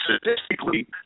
statistically